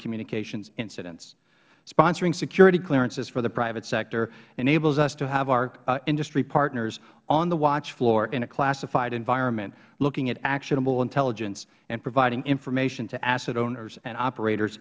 communications incidents sponsoring security clearances for the private sector enables us to have our industry partners on the watch floor in a classified environment looking at actionable intelligence and providing information to asset owners and operators